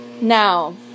Now